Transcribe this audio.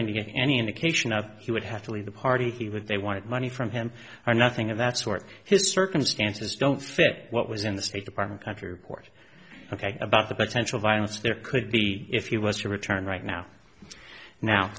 any any indication of that he would have to leave the party he would they wanted money from him or nothing of that sort his circumstances don't fit what was in the state department country report ok about the potential violence there could be if you was to return right now now